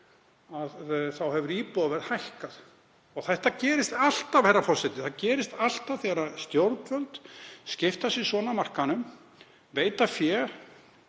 þá hefur íbúðaverð hækkað. Þetta gerist alltaf, herra forseti. Það gerist alltaf þegar stjórnvöld skipta sér svona af markaðnum, veita